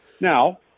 Now